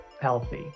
healthy